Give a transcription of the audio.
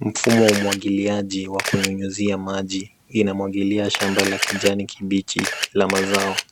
Mfumo wa umwagiliaji wa kunyunyizia maji ina mwagilia shamba la kijani kibichi la mazao.